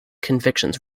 convictions